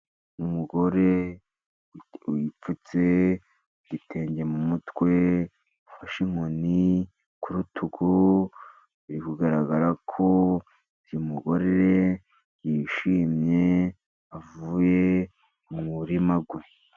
Ni umugore wipfutse igitenge mu mutwe, ufashe inkoni ku rutugu biri kugaragara ko, uyu mugore yishimye, avuye mu murima we.